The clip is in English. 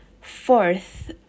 Fourth